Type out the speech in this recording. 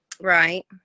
Right